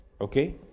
Okay